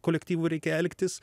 kolektyvu reikia elgtis